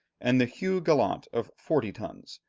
and the hugh gallant, of forty tons,